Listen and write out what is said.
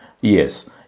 Yes